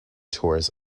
tours